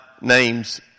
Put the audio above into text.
name's